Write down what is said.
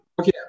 Okay